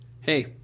Hey